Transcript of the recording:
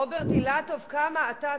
רוברט אילטוב, כמה אתה צודק.